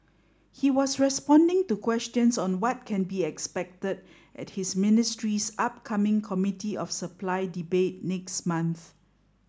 he was responding to questions on what can be expected at his ministry's upcoming Committee of Supply debate next month